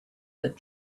that